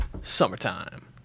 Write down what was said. summertime